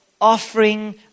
offering